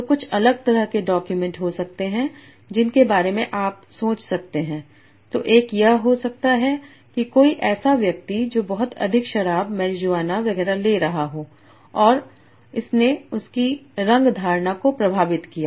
तो कुछ अलग तरह के डॉक्यूमेंट हो सकते हैं जिनके बारे में आप सोच सकते हैं तो एक यह हो सकता है कि कोई ऐसा व्यक्ति जो बहुत अधिक शराब मारीजुआना वगैरह ले रहा हो और इसने उसकी रंग धारणा को प्रभावित किया